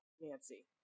Nancy